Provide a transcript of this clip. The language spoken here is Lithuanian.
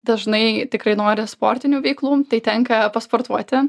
dažnai tikrai nori sportinių veiklų tai tenka pasportuoti